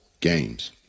games